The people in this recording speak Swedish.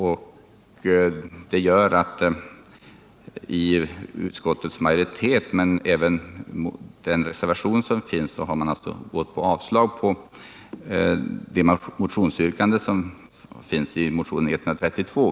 I utskottsmajoritetens skrivning men även i resérvationen på denna punkt har det yrkats avslag på ifrågavarande yrkande i motionen 132.